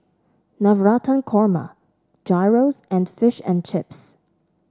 Navratan Korma Gyros and Fish and Chips